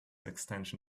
extension